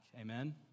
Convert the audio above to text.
Amen